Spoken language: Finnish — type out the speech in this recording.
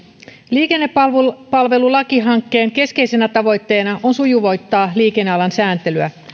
liikennepalvelulakihankkeen keskeisenä tavoitteena on sujuvoittaa liikennealan sääntelyä